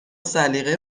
سلیقه